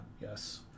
yes